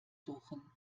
suchen